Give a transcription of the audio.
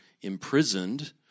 imprisoned